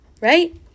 right